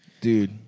dude